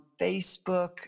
Facebook